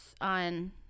on